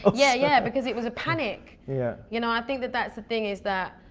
ah yeah, yeah, because it was a panic. yeah you know i think that that's the thing is that